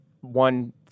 one